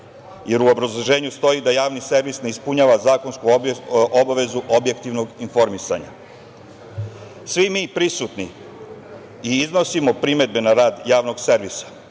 jer u obrazloženju stoji da javni servis ne ispunjava zakonsku obavezu objektivnog informisanja. Svi mi prisutni i iznosimo primedbe na rad javnog servisa. Prekjuče